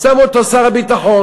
שם אותו שר הביטחון,